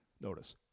notice